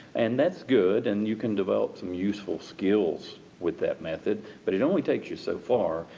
and, that's good and you can develop some useful skills with that method but it only takes you so far.